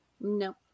No